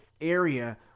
area